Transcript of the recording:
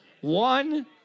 One